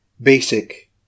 basic